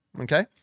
okay